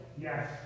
Yes